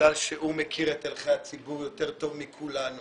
בגלל שהוא מכיר את הלכי הציבור יותר טוב מכולנו